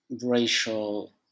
racial